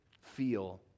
feel